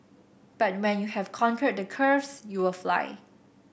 but when you have conquered the curves you will fly